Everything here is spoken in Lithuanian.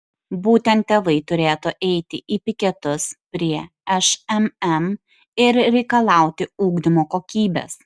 būtent tėvai turėtų eiti į piketus prie šmm ir reikalauti ugdymo kokybės